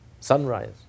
sunrise